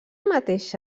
mateix